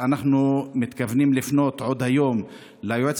ואנחנו מתכוונים לפנות עוד היום ליועץ